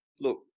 look